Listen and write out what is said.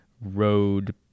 road